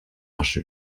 asche